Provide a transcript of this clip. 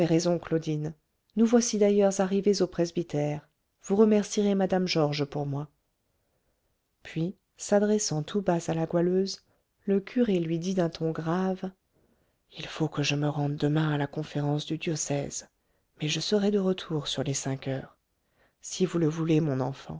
raison claudine nous voici d'ailleurs arrivés au presbytère vous remercierez mme georges pour moi puis s'adressant tout bas à la goualeuse le curé lui dit d'un ton grave il faut que je me rende demain à la conférence du diocèse mais je serai de retour sur les cinq heures si vous le voulez mon enfant